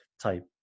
type